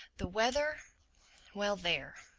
the weather well there.